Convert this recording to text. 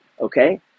okay